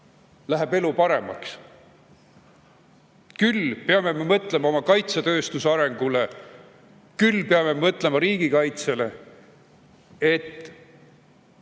läheb elu paremaks. Küll peame me mõtlema oma kaitsetööstuse arengule. Küll peame me mõtlema riigikaitsele.